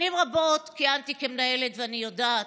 שנים רבות כיהנתי כמנהלת, ואני יודעת,